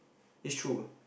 it's true